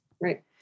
Right